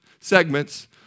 segments